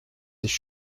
sich